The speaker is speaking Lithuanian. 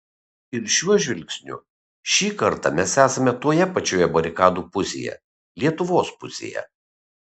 ir šiuo žvilgsniu šį kartą mes esame toje pačioje barikadų pusėje lietuvos pusėje